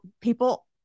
people